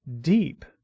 deep